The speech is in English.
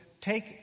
take